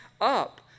up